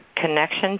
connection